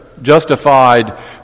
justified